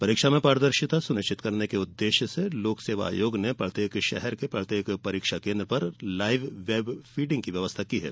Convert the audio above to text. परीक्षा में पारदर्शिता सुनिश्चित करने के उद्देश्य से लोक सेवा आयोग ने प्रत्येक शहर के प्रत्येक परीक्षा केन्द्र पर लाइव वेब फीडिंग की व्यवस्था की है